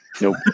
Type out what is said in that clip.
Nope